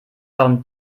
warum